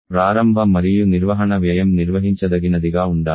ప్రారంభ మరియు నిర్వహణ వ్యయం నిర్వహించదగినదిగా ఉండాలి